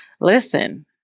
Listen